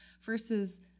versus